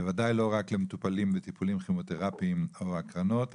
בוודאי לא רק למטופלים בטיפולים כימותרפיים או הקרנות,